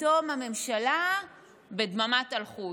פתאום הממשלה בדממת אלחוט.